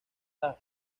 las